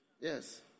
Yes